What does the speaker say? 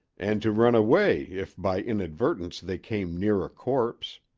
and to run away if by inadvertence they came near a corpse.